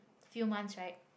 few months right